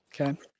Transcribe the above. okay